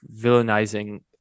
villainizing